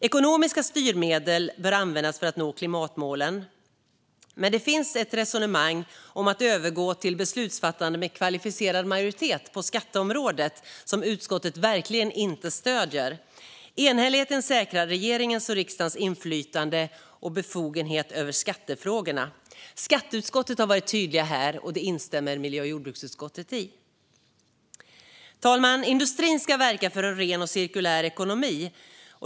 Ekonomiska styrmedel bör användas för att nå klimatmålen, men det finns ett resonemang om att övergå till beslutsfattande med kvalificerad majoritet på skatteområdet som utskottet verkligen inte stöder. Enhälligheten säkrar regeringens och riksdagens inflytande och befogenhet över skattefrågorna. Skatteutskottet har varit tydligt här, och detta instämmer miljö och jordbruksutskottet i. Fru talman! Industrin ska verka för en ren och cirkulär ekonomi.